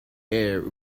air